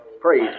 Praise